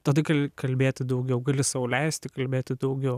tada gali kalbėti daugiau gali sau leisti kalbėti daugiau